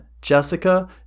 Jessica